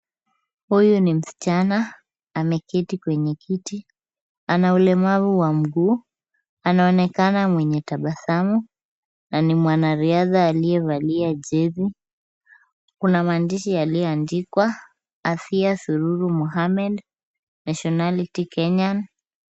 Huyu ni msichana, ameketi kwenye kiti. Ana ulemavu wa miguu. Anaonekana mwenye tabasamu na ni mwanariadha aliyevalia jezi. Kuna maandishi yaliyoandikwa Asiya Suluhu Mohammed, nationality kenyan .